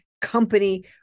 Company